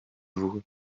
voegen